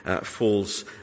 falls